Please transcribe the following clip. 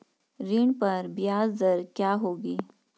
ऋण पर ब्याज दर क्या होगी?